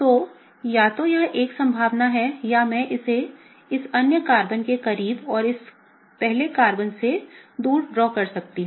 तो या तो यह एक संभावना है या मैं इसे इस अन्य कार्बन के करीब और इस पहले कार्बन से दूर ड्रॉ कर सकती हूं